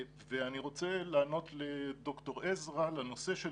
אני רוצה לענות לד"ר עזרא לנושא של